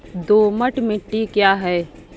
दोमट मिट्टी क्या है?